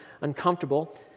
uncomfortable